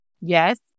Yes